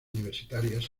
universitarias